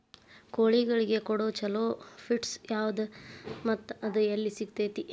ಕೋಳಿಗಳಿಗೆ ಕೊಡುವ ಛಲೋ ಪಿಡ್ಸ್ ಯಾವದ ಮತ್ತ ಅದ ಎಲ್ಲಿ ಸಿಗತೇತಿ?